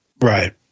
Right